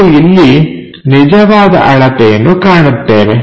ನಾವು ಇಲ್ಲಿ ನಿಜವಾದ ಅಳತೆಯನ್ನು ಕಾಣುತ್ತೇವೆ